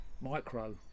micro